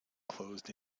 closed